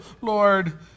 Lord